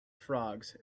frogs